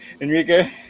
Enrique